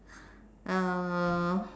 uh